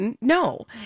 No